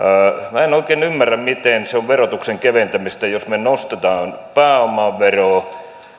minä en oikein ymmärrä miten se on verotuksen keventämistä jos me nostamme pääomaveroa